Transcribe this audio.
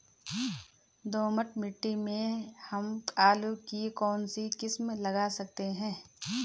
दोमट मिट्टी में हम आलू की कौन सी किस्म लगा सकते हैं?